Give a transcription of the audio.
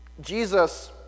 Jesus